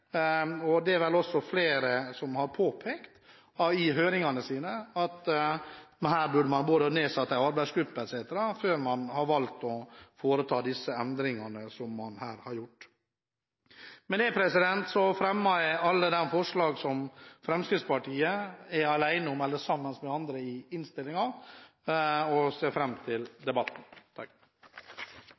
og det er vel også flere som i høring har påpekt at det her burde vært nedsatt en arbeidsgruppe før man valgte å foreta disse endringene man her har gjort. Med det fremmer jeg alle de forslag som Fremskrittspartiet i innstillingen er alene om eller har sammen med andre, og jeg ser fram til debatten.